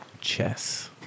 chess